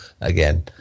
again